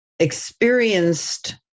experienced